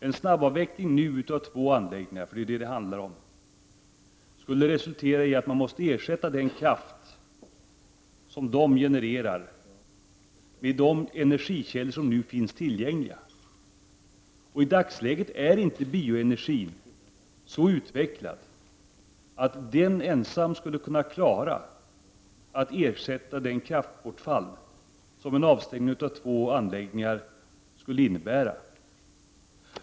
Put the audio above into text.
En snabbavveckling nu av två anläggningar — det är ju vad det handlar om — skulle resultera i att vi skulle ersätta den kraft som de genererar med sådana energikällor som nu finns tillgängliga. I dagsläget är inte bioenergin så utvecklad att den ensam skulle kunna klara att ersätta det kraftbortfall som en avstängning av två anläggningar skulle innebära.